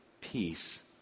peace